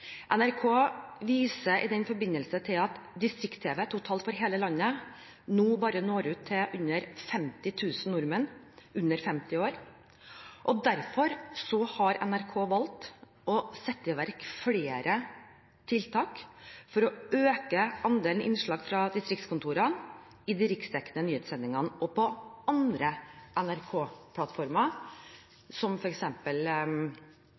NRK viser i den forbindelse til at distrikts-TV totalt for hele landet nå bare når ut til under 50 000 nordmenn under 50 år. Derfor har NRK valgt å sette i verk flere tiltak for å øke andelen innslag fra distriktskontorene i de riksdekkende nyhetssendingene og på andre